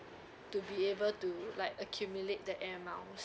to be able to like accumulate the air miles